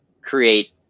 create